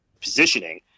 positioning